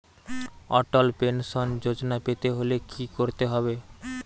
অটল pension Yojana পেতে হলে কি করতে হবে?